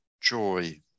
joy